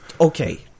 okay